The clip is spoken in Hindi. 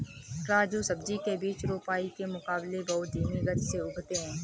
राजू सब्जी के बीज रोपाई के मुकाबले बहुत धीमी गति से उगते हैं